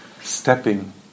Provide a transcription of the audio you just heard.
stepping